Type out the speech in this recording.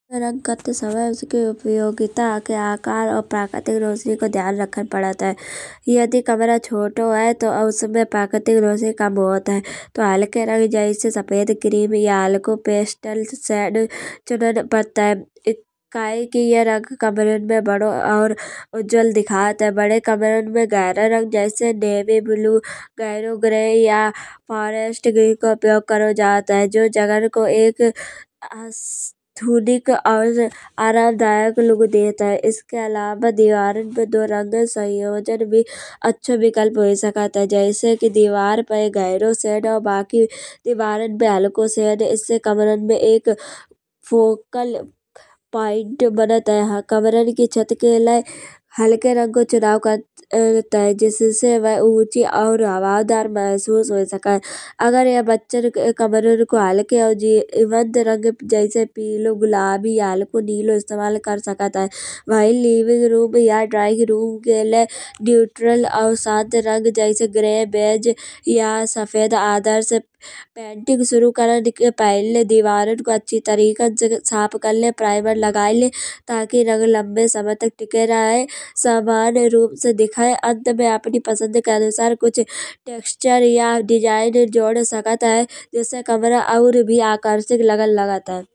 रंग करते समय उसके उपयोगिता के आकार और प्राकृतिक ध्यान रखन पडत है। यदि कमरा छोटो है तो उसमे प्राकृतिक तो हल्के रंग जैसे सफेद क्रीम या हल्को पेस्टल्साद करे। कयेकि ये रंग कमरा में बडो और उज्ल दिखत है। बडे कमरा में गहरे रंग जैसे नेवी ब्लू गहरे ग्रे या फोरेस्ट ग्रीन को उपयोग करो जात है। जो जगहन को एक आराम दायक लुक देत है। इसके अलावा दीवारन पे दो रंग संयोजन भी अचो विकल्प हो सकत है। जैसे की दीवार पे गहरे शेड और बाकी दीवारन पे हल्को शेड इ्स्से कमरा पे एक फोकल पॉइंट बनत है। कमरा की छत के लिए हल्के रंग को चुनाओ करो जात है। जिससे वो उँची और हवादार महसूस हो सके। अगर ये बच्चन के कमरा को हल्के और जैसे पीलो गुलाबी या हल्को नीलो इस्तमाल कर सकत है। वही लिविंग रूम पे या ड्रॉइंग रूम के लिए। नैचरल और साथ रंग जैसे ग्रे बेज या सफेद पेंटिंग सुरू करन के पहले दीवारन को अच्छे तरीका से साफ कर ले प्राइमर लगा ले। ताकि रंग लंबे समय तक टिक्क्र रहे। समान रूप से दिखे। अंत में अपने पसंद के अनुसार टेक्स्चर या डिज़ाइन जोड सकत है। जाएसे कमरा और भी आकर्षित लगन लगत है।